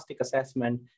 assessment